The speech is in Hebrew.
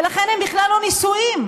ולכן הם בכלל לא נישואים.